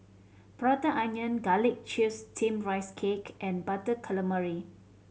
Prata Onion Garlic Chives Steamed Rice Cake and Butter Calamari